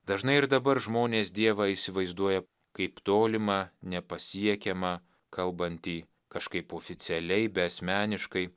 dažnai ir dabar žmonės dievą įsivaizduoja kaip tolimą nepasiekiamą kalbantį kažkaip oficialiai beasmeniškai